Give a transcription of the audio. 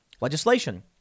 legislation